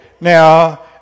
Now